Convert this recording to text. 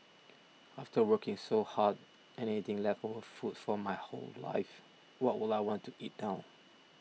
after working so hard and eating leftover food for my whole life why would I want to eat now